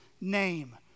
name